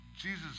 Jesus